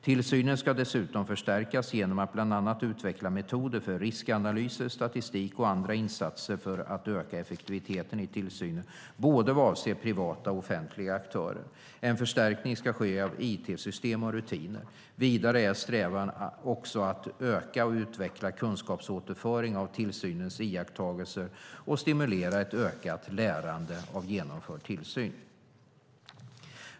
Tillsynen ska dessutom förstärkas genom att bland annat utveckla metoder för riskanalyser, statistik och andra insatser för att öka effektiviteten i tillsynen, vad avser både privata och offentliga aktörer. En förstärkning ska ske av it-system och rutiner. Vidare är strävan också att öka och utveckla kunskapsåterföring av tillsynens iakttagelser och stimulera ett ökat lärande av genomförd tillsyn.